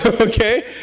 Okay